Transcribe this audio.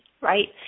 Right